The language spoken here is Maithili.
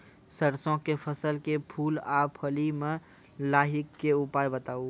सरसों के फसल के फूल आ फली मे लाहीक के उपाय बताऊ?